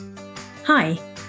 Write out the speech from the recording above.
Hi